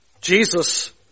Jesus